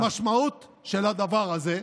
המשמעות של הדבר הזה,